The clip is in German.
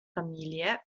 familie